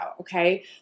okay